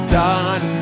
done